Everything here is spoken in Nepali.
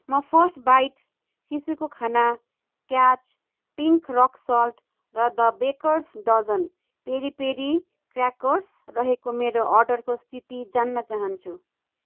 म फर्स्ट बाइट शिशुको खाना क्याच पिङ्क रक सल्ट र the baker's dozen peri peri crackers रहेको मेरो अर्डरको स्थिति जान्न चाहन्छु